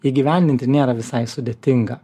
įgyvendinti nėra visai sudėtinga